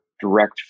direct